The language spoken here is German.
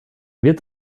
wird